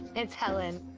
it's helen.